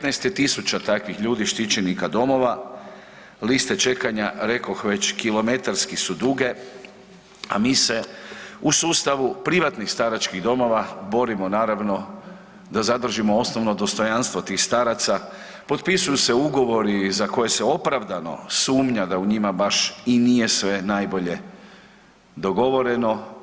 15.000 je takvih ljudi štićenika domova, liste čekanja, rekoh već, kilometarski su duge, a mi se u sustavu privatnih staračkih domova borimo naravno da zadržimo osnovno dostojanstvo tih staraca, potpisuju se ugovori za koje se opravdano sumnja da u njima baš i nije sve najbolje dogovoreno.